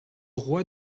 roi